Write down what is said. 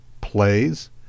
Plays